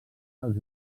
dels